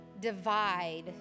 divide